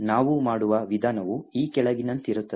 ನಾವು ಮಾಡುವ ವಿಧಾನವು ಈ ಕೆಳಗಿನಂತಿರುತ್ತದೆ